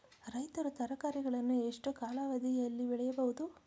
ರೈತರು ತರಕಾರಿಗಳನ್ನು ಎಷ್ಟು ಕಾಲಾವಧಿಯಲ್ಲಿ ಬೆಳೆಯಬಹುದು?